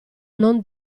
non